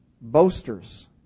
boasters